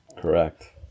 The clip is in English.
Correct